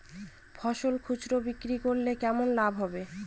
ফসল খুচরো বিক্রি করলে কেমন লাভ হবে?